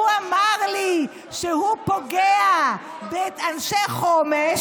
הוא אמר לי שהוא פוגע באנשי חומש,